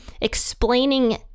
explaining